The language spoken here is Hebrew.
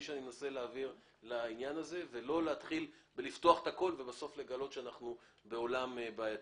לא להתחיל בלפתוח הכל ובסוף לגלות שאנחנו בעולם בעייתי.